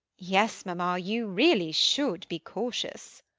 yes, mamma, you really should be cautious.